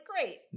great